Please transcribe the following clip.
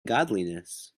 godliness